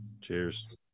Cheers